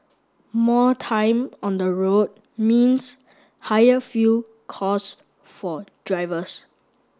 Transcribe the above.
more time on the road means higher fuel costs for drivers